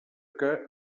que